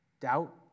doubt